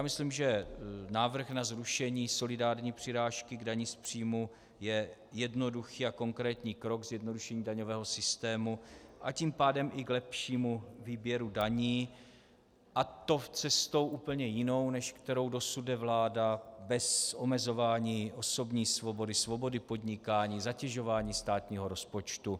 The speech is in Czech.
Myslím, že návrh na zrušení solidární přirážky k dani z příjmů je jednoduchý a konkrétní krok ke zjednodušení daňového systému, a tím pádem i k lepšímu výběru daní, a to cestou úplně jinou, než kterou dosud jde vláda, bez omezování osobní svobody, svobody podnikání, zatěžování státního rozpočtu.